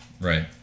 Right